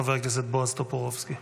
חבר הכנסת בועז טופורובסקי.